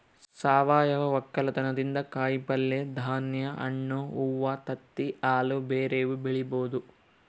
ಸಾವಯವ ವಕ್ಕಲತನದಿಂದ ಕಾಯಿಪಲ್ಯೆ, ಧಾನ್ಯ, ಹಣ್ಣು, ಹೂವ್ವ, ತತ್ತಿ, ಹಾಲು ಬ್ಯೆರೆವು ಬೆಳಿಬೊದು